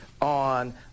on